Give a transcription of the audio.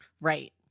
Right